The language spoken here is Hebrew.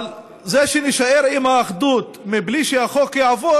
אבל זה שנישאר עם האחדות בלי שהחוק יעבור,